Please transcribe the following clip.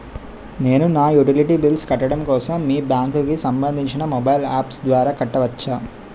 నేను నా utility bills కట్టడం కోసం మీ బ్యాంక్ కి సంబందించిన మొబైల్ అప్స్ ద్వారా కట్టవచ్చా?